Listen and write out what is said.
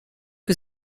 que